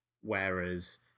Whereas